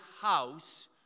house